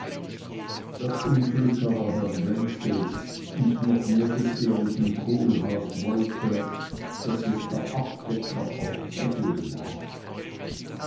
das unglück aber herrn wenzels und noch mehr des ehrlichen kohlhaas wollte daß es der abdecker aus döbbeln war